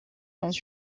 dans